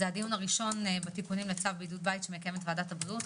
זה הדיון הראשון בתיקונים לצו בידוד בית שמקיימת ועדת הבריאות.